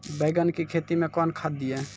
बैंगन की खेती मैं कौन खाद दिए?